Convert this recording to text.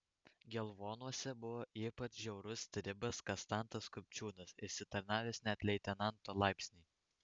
gelvonuose buvo ypač žiaurus stribas kastantas kupčiūnas išsitarnavęs net leitenanto laipsnį